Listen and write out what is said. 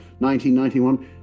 1991